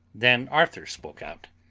then arthur spoke out